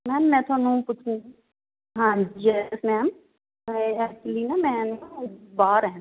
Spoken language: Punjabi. ਮੈਮ ਮੈਂ ਤੁਹਾਨੂੰ ਕੁਛ ਹਾਂਜੀ ਯੈਸ ਮੈਮ ਐਕਚੁਲੀ ਨਾ ਮੈਂ ਨਾ ਬਾਹਰ ਐ